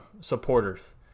supporters